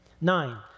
Nine